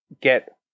get